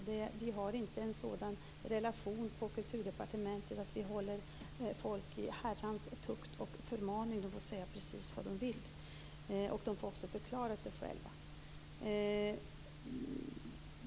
Vi har inte en sådan relation på Kulturdepartementet att vi håller människor i herrans tukt och förmaning. De får säga precis vad de vill, och de får också förklara sig själva.